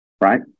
right